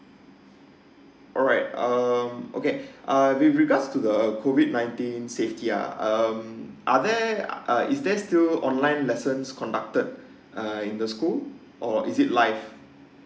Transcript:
alright um okay uh re~ regards to the COVID nineteen safety ya um are there uh is there still online lessons conducted uh in the school or is it live